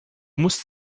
musst